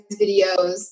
videos